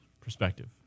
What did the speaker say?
perspective